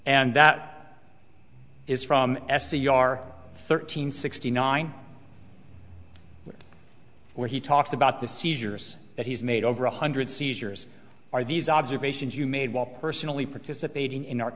and that is from s t r thirteen sixty nine where he talks about the seizures that he's made over one hundred seizures are these observations you made while personally participating in our